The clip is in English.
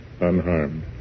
unharmed